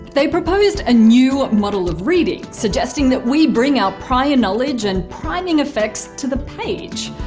they proposed a new model of reading suggesting that we bring our prior knowledge and priming effects to the page.